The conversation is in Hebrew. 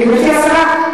גברתי השרה,